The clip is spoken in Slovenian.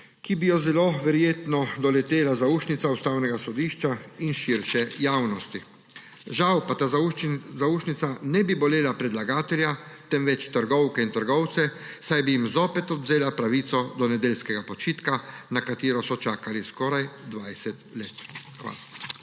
ki bi jo zelo verjetno doletela zaušnica Ustavnega sodišča in širše javnosti. Žal pa ta zaušnica ne bi bolela predlagatelja, temveč trgovke in trgovce, saj bi jim zopet odvzela pravico do nedeljskega počitka, na katero so čakali skoraj 20 let. Hvala.